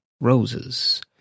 roses